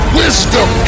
wisdom